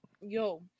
Yo